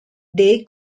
they